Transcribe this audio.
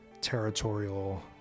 territorial